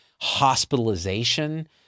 hospitalization